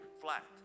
flat